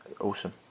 Awesome